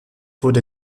wurde